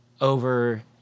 over